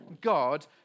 God